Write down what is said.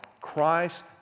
Christ